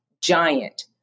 giant